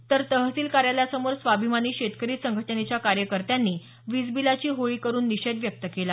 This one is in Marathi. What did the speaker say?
तर तहसील कार्यालयासमोर स्वाभिमानी शेतकरी संघटनेच्या कार्यकर्त्यांनी वीजबिलाची होळी करूण निषेध व्यक्त केला